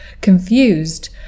confused